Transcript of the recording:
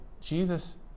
Jesus